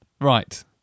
Right